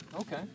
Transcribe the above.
Okay